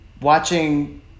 watching